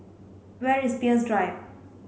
where is Peirce Drive